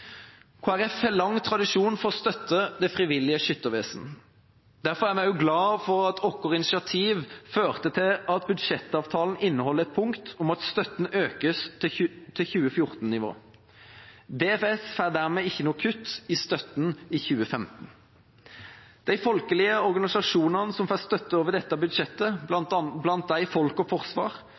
Folkeparti har lang tradisjon for å støtte Det frivillige Skyttervesen, DFS. Derfor er vi også glad for at vårt initiativ førte til at budsjettavtalen inneholder et punkt om at støtten økes til 2014-nivå. DFS får dermed ikke noe kutt i støtten i 2015. De folkelige organisasjonene som får støtte over dette budsjettet – blant dem Folk og Forsvar